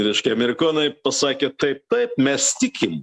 reiškia amerikonai pasakė taip taip mes tikim